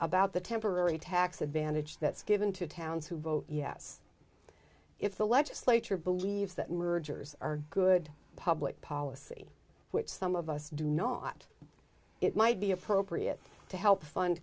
about the temporary tax advantage that's given to towns who vote yes if the legislature believes that mergers are good public policy which some of us do not it might be appropriate to help fund